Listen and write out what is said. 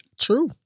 True